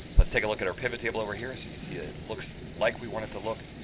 let's take a look at our pivot table over here. so you see it looks like we want it to look.